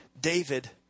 David